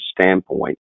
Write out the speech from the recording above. standpoint